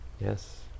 Yes